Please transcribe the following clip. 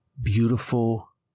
beautiful